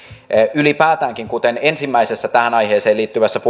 ylipäätäänkin kuten ensimmäisessä tähän aiheeseen liittyvässä puheenvuorossani